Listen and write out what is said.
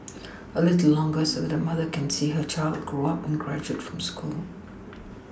a little longer so that a mother can see her child grow up and graduate from school